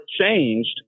changed